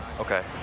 ok.